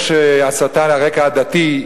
יש הסתה על רקע עדתי,